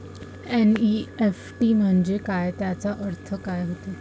NEFT म्हंजे काय, त्याचा अर्थ काय होते?